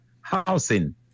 housing